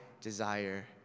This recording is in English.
desire